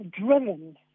driven